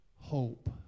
hope